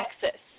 Texas